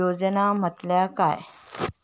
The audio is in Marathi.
योजना म्हटल्या काय?